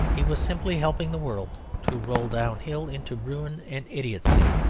he was simply helping the world to roll downhill into ruin and idiotcy.